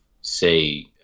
say